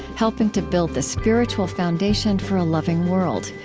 helping to build the spiritual foundation for a loving world.